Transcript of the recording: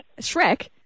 Shrek